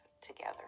together